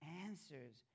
answers